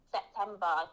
September